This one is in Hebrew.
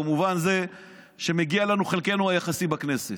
במובן זה שמגיע לנו חלקנו היחסי בכנסת.